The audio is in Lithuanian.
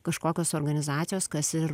kažkokios organizacijos kas ir